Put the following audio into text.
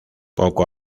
poco